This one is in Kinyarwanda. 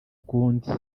ukundi